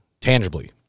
tangibly